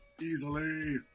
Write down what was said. Easily